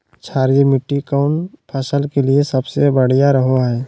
क्षारीय मिट्टी कौन फसल के लिए सबसे बढ़िया रहो हय?